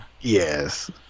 Yes